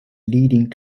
leading